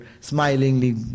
smilingly